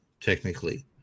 technically